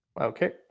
Okay